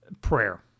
prayer